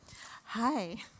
Hi